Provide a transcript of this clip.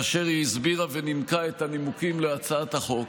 כאשר היא הסבירה ונימקה את הנימוקים להצעת החוק,